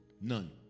None